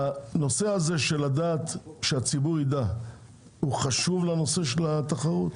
הנושא הזה שהציבור ידע הוא חשוב לנושא התחרות,